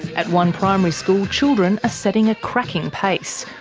at one primary school, children are setting a cracking pace,